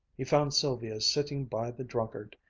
he found sylvia sitting by the drunkard,